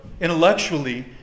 intellectually